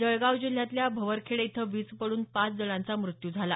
जळगाव जिल्ह्यातल्या भवरखेडे इथं वीज पडून पाच जणांचा मृत्यू झाला